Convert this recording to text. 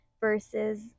versus